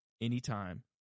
anytime